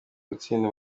gutsinda